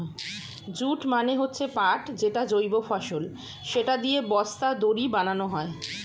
jute মানে হচ্ছে পাট যেটা জৈব ফসল, সেটা দিয়ে বস্তা, দড়ি বানানো হয়